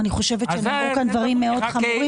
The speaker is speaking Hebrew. אני חושבת שנאמרו כאן דברים מאוד חמורים.